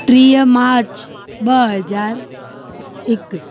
टीह मार्च ॿ हज़ार हिकु